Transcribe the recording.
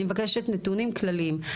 אני מבקשת נתונים כלליים,